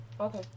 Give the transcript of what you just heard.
Okay